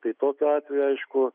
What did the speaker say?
tai tokiu atveju aišku